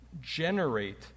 generate